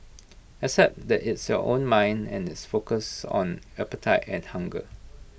except that it's your own mind and IT focuses on appetite and hunger